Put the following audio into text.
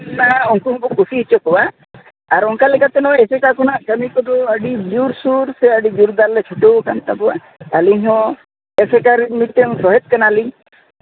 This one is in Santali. ᱩᱱᱠᱩ ᱦᱚᱸᱠᱚ ᱠᱩᱥᱤ ᱦᱚᱪᱚ ᱠᱚᱣᱟ ᱟᱨ ᱚᱱᱠᱟ ᱞᱮᱠᱟᱛᱮ ᱱᱚᱜᱼᱚᱭ ᱮᱥᱮᱠᱟ ᱠᱷᱚᱱᱟᱜ ᱠᱟᱹᱢᱤ ᱠᱚᱫᱚ ᱟᱹᱰᱤ ᱡᱳᱨ ᱥᱩᱨ ᱥᱮ ᱟᱹᱰᱤ ᱡᱳᱨᱫᱟᱨ ᱞᱮ ᱪᱷᱩᱴᱟᱹᱣ ᱟᱠᱟᱱ ᱛᱟᱠᱚᱣᱟ ᱟᱹᱞᱤᱧ ᱦᱚᱸ ᱮᱥᱮᱠᱟ ᱨᱤᱱ ᱢᱤᱫᱴᱮᱱ ᱥᱚᱦᱮᱫ ᱠᱟᱱᱟᱞᱤᱧ